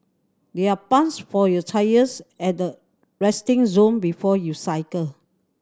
there are pumps for your tyres at the resting zone before you cycle